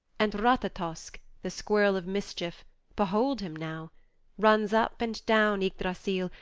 and ratatosk, the squirrel of mischief behold him now runs up and down ygdrassil,